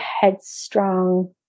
headstrong